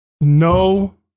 no